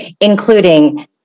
including